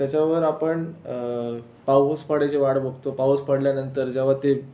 त्याच्यावर आपण पाऊस पडायची वाट बघतो पाऊस पडल्यानंतर जेव्हा ते